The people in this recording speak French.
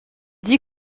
dix